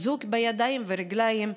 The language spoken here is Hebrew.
אזוק בידיים וברגליים,